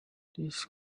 please